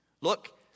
Look